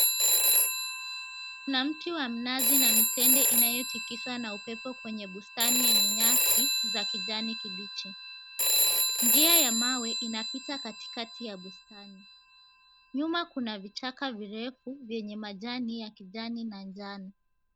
Kuna mti wa minazi na mitende inayotikiswa na upepo kwenye bustani yenye nyasi za kijani kibichi. njia ya mawe inapita katikati ya bustani. Nyuma kuna vichaka virefu yenye majani ya kijani na njano.